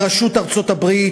בראשות ארצות-הברית,